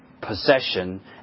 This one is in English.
possession